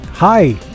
Hi